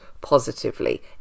positively